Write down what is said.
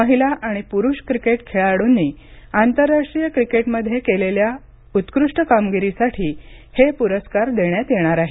महिला आणि पुरुष क्रिकेट खेळाडूंनी आंतरराष्ट्रीय क्रिकेटमध्ये केलेल्या उत्कृष्ट कामगिरीसाठी हे पुरस्कार देण्यात येणार आहेत